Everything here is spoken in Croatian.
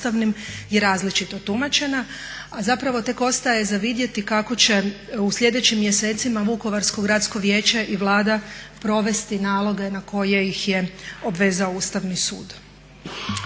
i različito tumačena, a zapravo tek ostaje za vidjeti kako će u slijedećim mjesecima Vukovarsko gradsko vijeće i Vlada provesti naloge na koje ih je obvezao Ustavni sud.